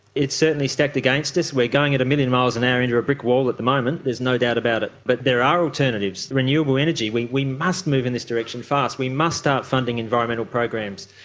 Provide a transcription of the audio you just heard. it's certainly stacked against us. we are going at a million miles an hour into a brick wall at the moment, there's no doubt about it, but there are alternatives. renewable energy, we we must move in this direction fast, we must start funding environmental programs.